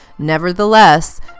nevertheless